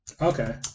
Okay